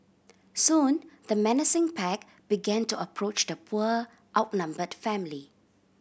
soon the menacing pack began to approach the poor outnumbered family